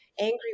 angry